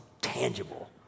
tangible